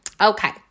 Okay